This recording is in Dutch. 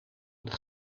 een